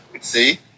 See